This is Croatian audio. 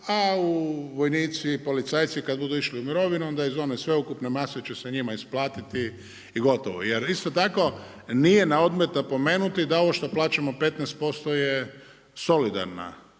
a vojnici, policajci kada budu išli u mirovinu onda iz one sveukupne mase će se njima isplatiti i gotovo. Jer isto tako nije na odmet napomenuti da ovo što plaćamo 15% je solidarna